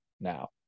now